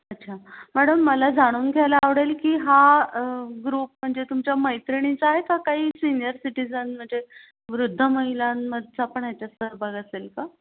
अच्छा मॅडम मला जाणून घ्यायला आवडेल की हा ग्रुप म्हणजे तुमच्या मैत्रिणीचा आहे का काही सिनियर सिटिजन म्हणजे वृद्ध महिलांचा पण ह्याच्यात सहभाग असेल का